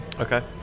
Okay